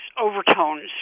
overtones